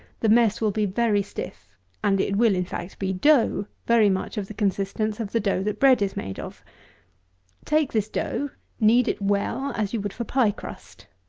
the mess will be very stiff and it will, in fact, be dough, very much of the consistence of the dough that bread is made of take this dough knead it well, as you would for pie-crust.